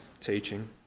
teaching